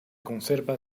conserva